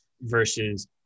versus